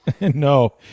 no